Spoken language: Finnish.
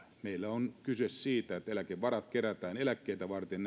meillä on kyse siitä että eläkevarat kerätään eläkkeitä varten